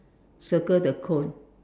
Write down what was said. circle the cone